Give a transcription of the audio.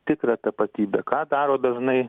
tikrą tapatybę ką daro dažnai